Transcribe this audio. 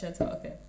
Okay